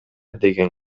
деген